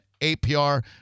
APR